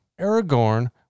Aragorn